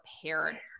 prepared